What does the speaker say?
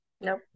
Nope